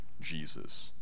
Jesus